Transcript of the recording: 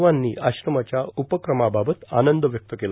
सवानी आश्रमाच्या उपक्रमाबाबत आनंद व्यक्त केला